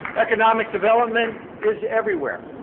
economic development is everywhere.